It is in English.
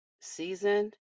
seasoned